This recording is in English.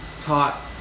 taught